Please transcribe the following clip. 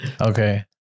Okay